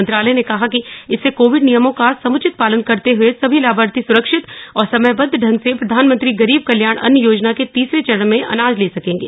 मंत्रालय ने कहा कि इससे कोविड नियमों का समुचित पालन करते हए सभी लाभार्थी स्रक्षित और समयबद्ध ढंग से प्रधानमंत्री गरीब कल्याण अन्न योजना के तीसरे चरण में अनाज ले सकेंगे